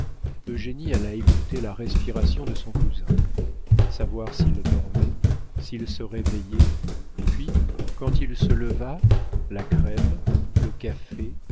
fois eugénie alla écouter la respiration de son cousin savoir s'il dormait s'il se réveillait puis quand il se leva la crème le café